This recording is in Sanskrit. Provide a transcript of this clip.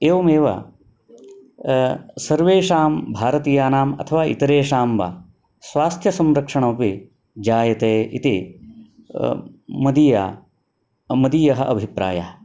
एवमेव सर्वेषां भारतीयानाम् अथवा इतरेषां वा स्वास्थ्यसंरक्षणोपि जायते इति मदीयः मदीयः अभिप्रायः